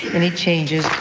any changes.